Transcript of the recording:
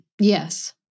Yes